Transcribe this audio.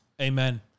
Amen